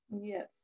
Yes